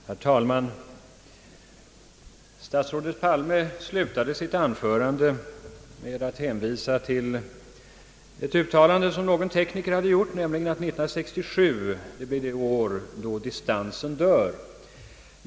Herr talman! Statsrådet Palme slutade sitt anförande med att hänvisa till ett uttalande som någon tekniker hade gjort, om att 1967 blir »det år då distansen dör».